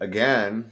Again